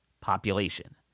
population